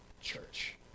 church